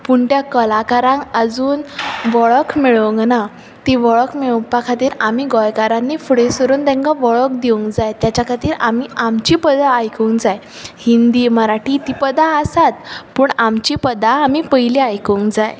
कित्याक कलाकारांक आजून वळख मेळूंक ना ती वळख मेळोवपा खातीर आमी गोंयकारानी फुडें सरून ती वळख दिवूंक जाय तेच्या खातीर आमी आमचीं पदां आयकूंक जाय हिंदी मराठी तीं पदां आसात पूण आमचीं पदां आमी पयलीं आयकूंक जाय